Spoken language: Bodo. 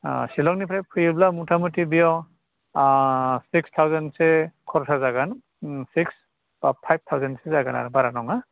सिलंनिफ्राय फैयोब्ला मथा मथि बेयाव अह सिक्स थावजेन्दसो खरसा जागोन उम सिक्स अह फाइभ थावजेन्दसो जागोन आरो बारा नङा